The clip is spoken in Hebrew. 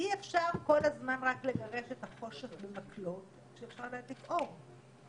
אי-אפשר כל הזמן רק לגרש את החושך במקלות כשאפשר להדליק אור.